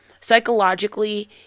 psychologically